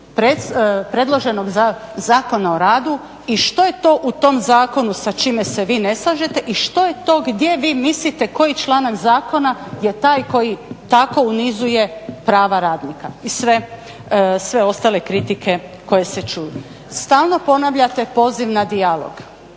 predloženog Zakona o radu i što je to u tom zakonu sa čime se vi ne slažete i što je to gdje vi mislite koji članak zakona je taj koji tako unizuje prava radnika i sve ostale kritike koje se čuju. Stalno ponavljate poziv na dijalog,